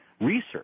research